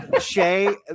Shay